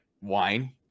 wine